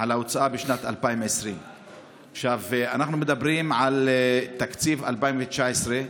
על ההוצאה בשנת 2020". אנחנו מדברים על תקציב 2019,